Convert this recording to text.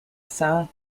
saint